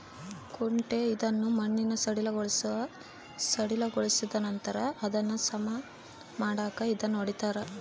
ಕುಂಟೆ ಇದನ್ನು ಮಣ್ಣು ಸಡಿಲಗೊಳಿಸಿದನಂತರ ಅದನ್ನು ಸಮ ಮಾಡಾಕ ಇದನ್ನು ಹೊಡಿತಾರ